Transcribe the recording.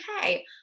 okay